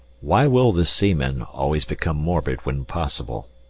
why will the seamen always become morbid when possible?